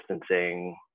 distancing